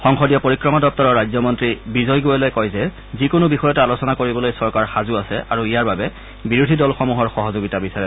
সংসদীয় পৰিক্ৰমা দপ্তৰৰ ৰাজ্যমন্ত্ৰী বিজয় গোয়েৱে পুনৰ কয় যে যিকোনো বিষয়তে আলোচনা কৰিবলৈ চৰকাৰ সাজু আছে আৰু ইযাৰ বাবে বিৰোধী দলসমূহৰ সহযোগিতা বিচাৰে